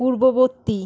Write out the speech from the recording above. পূর্ববর্তী